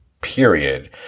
period